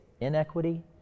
inequity